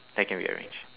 that can be arranged